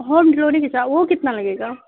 home delivery وہ کتنے لگے گا